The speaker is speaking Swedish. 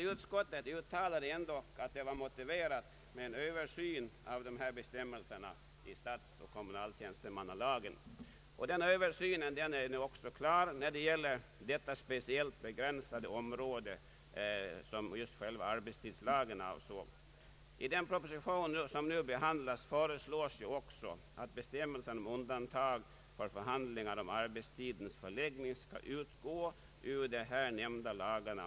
Utskottet uttalade dock att det var motiverat med en översyn av dessa bestämmelser i statstjänstemannaoch kommunaltjänstemannalagarna. Denna översyn är nu klar när det gäller det begränsade område som arbetstidslagen avser. I den proposition, som nu behandlas, föreslås att bestämmelsen om förbud att förhandla om arbetstidens förläggning skall utgå ur de nämnda lagarna.